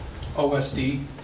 OSD